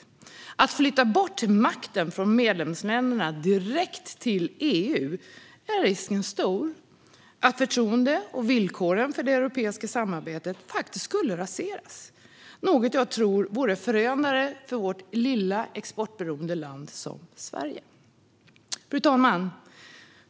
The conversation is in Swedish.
Om man flyttar makten från medlemsländerna direkt till EU är risken stor för att förtroendet och villkoren för det europeiska samarbetet raseras. Det är något jag tror vore förödande för ett litet, exportberoende land som Sverige. Fru talman!